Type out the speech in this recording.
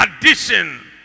addition